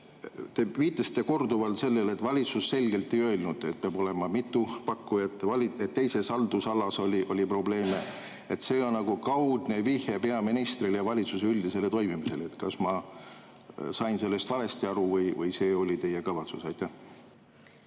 Te viitasite korduvalt sellele, et valitsus selgelt ei öelnud, et peab olema mitu pakkujat, ja et teises haldusalas oli probleeme. See on nagu kaudne vihje peaministrile ja valitsuse üldisele toimimisele. Kas ma sain valesti aru või see oli teie kavatsus? Aitäh!